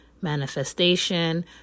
manifestation